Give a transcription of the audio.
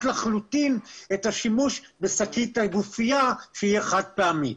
לחלוטין את השימוש בשקית הגופייה שהיא חד-פעמית.